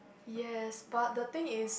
yes but the thing is